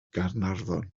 gaernarfon